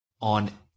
on